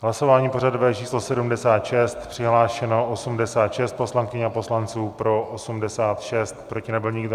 V hlasování pořadové číslo 76 přihlášeno 86 poslankyň a poslanců, pro 86, proti nebyl nikdo.